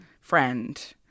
friend